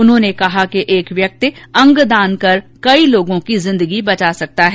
उन्होंने कहा कि एक व्यक्ति अंगदान कर कई लोगों की जिंदगियां बचा सकता है